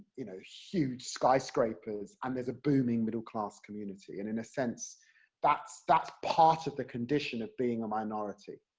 you know, huge skyscrapers, and there's a booming middle-class community. and in a sense that's, that's part of the condition of being a minority.